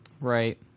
Right